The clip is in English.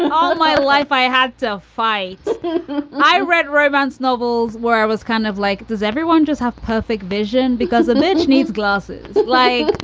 all my life, i had to fight i read romance novels where i was kind of like, does everyone just have perfect vision? because image needs glasses. like,